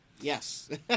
yes